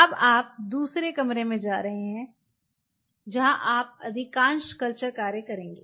अब आप दूसरे कमरे में जा रहे हैं जहाँ आप अधिकांश कल्चर कार्य करेंगे